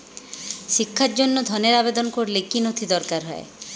শিক্ষার জন্য ধনের আবেদন করলে কী নথি দরকার হয়?